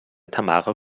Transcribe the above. tamara